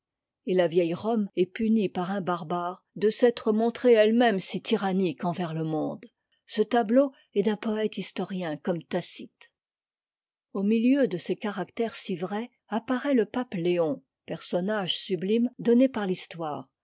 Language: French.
et la vieille rome est punie par un barbare de s'être montrée ette même si tyrannique envers le monde ce tableau est d'un poète historien comme tacite au milieu de ces caractères si vrais apparaît le pape léon personnage sublime donné par l'histoire